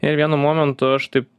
ir vienu momentu aš taip